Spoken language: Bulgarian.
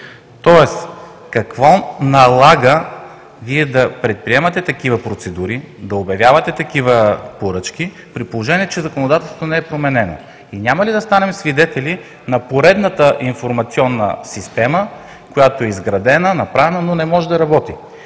Тоест какво налага да предприемате такива процедури, да обявявате такива поръчки, при положение че законодателството не е променено? И няма ли да станем свидетели на поредната информационна система, която е изградена, направена, но не може да работи?